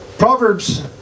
Proverbs